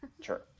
Sure